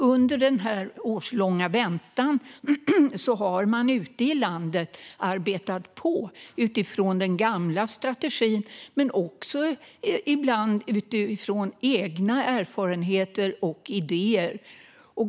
Under denna årslånga väntan har man ute i landet arbetat på utifrån den gamla strategin men ibland också utifrån egna erfarenheter och idéer.